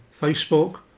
Facebook